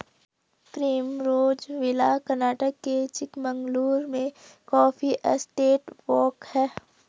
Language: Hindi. प्रिमरोज़ विला कर्नाटक के चिकमगलूर में कॉफी एस्टेट वॉक हैं